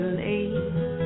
late